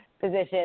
position